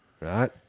right